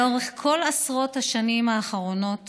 לאורך כל עשרות השנים האחרונות